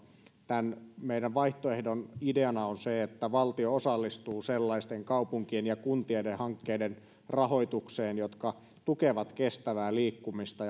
tämän meidän vaihtoehtomme ideana on se että valtio osallistuu sellaisten kaupunkien ja kuntien hankkeiden rahoitukseen jotka tukevat kestävää liikkumista